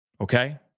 okay